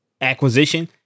acquisition